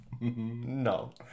No